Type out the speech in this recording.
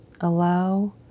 Allow